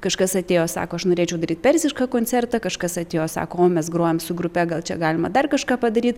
kažkas atėjo sako aš norėčiau daryti persišką koncertą kažkas atėjo sako o mes grojam su grupe gal čia galima dar kažką padaryt